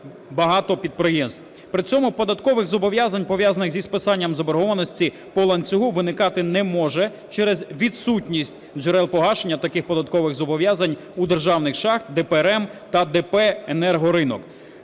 багато підприємств. При цьому податкових зобов'язань, пов'язаних зі списанням заборгованості, по ланцюгу виникати не може через відсутність джерел погашення таких податкових зобов'язань у державних шахт ДП РЕМ та ДП "Енергоринок".